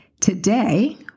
Today